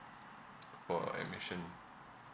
for admission